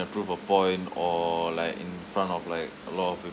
prove a point or like in front of like a lot of